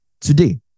today